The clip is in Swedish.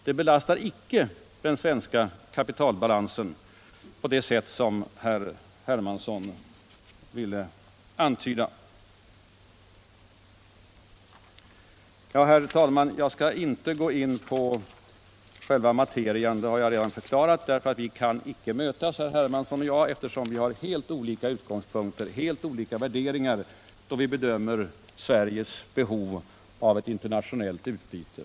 De belastar icke den svenska kapitalbalansen på det sätt som herr Hermansson antydde. Jag skall inte gå in på själva materien — jag har redan förklarat att herr Hermansson och jag icke kan mötas, eftersom vi har helt olika utgångspunkter och lägger helt olika värderingar till grund för vår bedömning av Sveriges behov av det internationella varuutbytet.